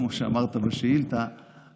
כמו שאמרת בשאילתה,